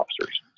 officers